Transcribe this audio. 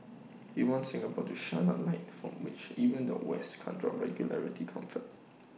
he wants Singapore to shine A light from which even the west can draw regulatory comfort